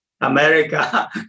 america